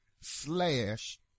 slash